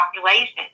population